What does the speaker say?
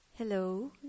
Hello